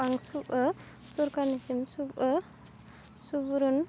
आंसु सरकारनिसिम सुब सुबुरुन